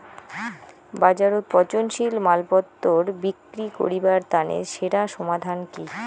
বাজারত পচনশীল মালপত্তর বিক্রি করিবার তানে সেরা সমাধান কি?